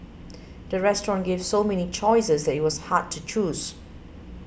the restaurant gave so many choices that it was hard to choose